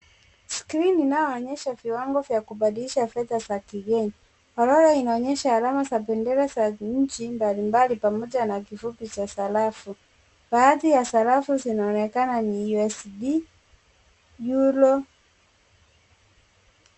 Skrini inayoonyesha viwango vya kubadilisha fedha za kigeni. Orodha inaonyesha alama za bendera za nchi mbalimbali pamoja na kifupi cha sarafu. Baadhi ya sarafu zinaonekana ni USD, EURO.